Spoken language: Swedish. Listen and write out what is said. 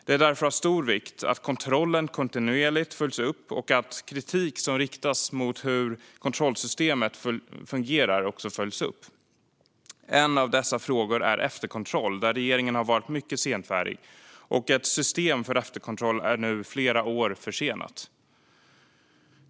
Det är därför av stor vikt att kontrollen kontinuerligt följs upp och att kritik som riktats mot hur kontrollsystemet fungerar följs upp. En av dessa frågor är efterkontroll, där regeringen varit mycket senfärdig. Ett system för efterkontroll är nu flera år försenat.